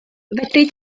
fedri